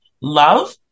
love